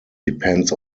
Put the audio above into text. depends